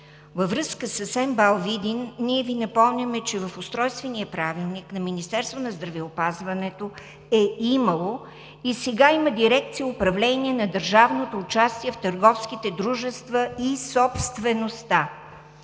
– град Видин, Ви напомняме, че в Устройствения правилник на Министерството на здравеопазването е имало и сега има дирекция „Управление на държавното участие в търговските дружества и собствеността“.